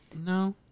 No